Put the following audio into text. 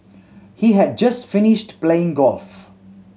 he had just finished playing golf